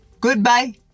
goodbye